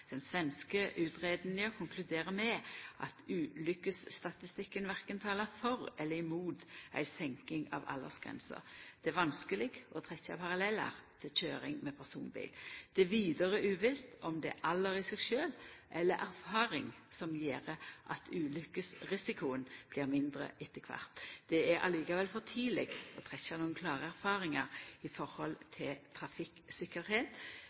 Den svenske utgreiinga konkluderer med at ulykkesstatistikken verken talar for eller mot ei senking av aldersgsrensa. Det er vanskeleg å trekkja parallellar til køyring med personbil. Det er vidare uvisst om det er alder i seg sjølv eller erfaring som gjer at ulykkesrisikoen blir mindre etter kvart. Det er likevel for tidleg å trekkja nokon klare erfaringar